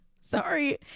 Sorry